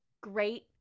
Great